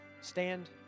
stand